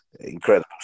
incredible